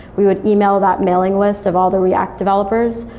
we would yeah e-mail that mailing list of all the react developers,